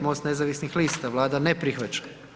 MOST nezavisnih lista, Vlada ne prihvaća.